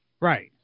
Right